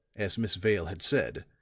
as miss vale had said,